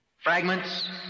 Fragments